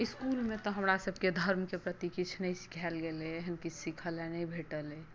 इसकुलमे तऽ हमरा सभकेँ धर्मकेँ प्रति तऽ किछु नहि सिखाएल गेलै हँ एहन किछु सिखऽ लेल नहि भेटल अहि